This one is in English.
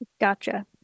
gotcha